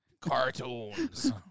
Cartoons